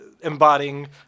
embodying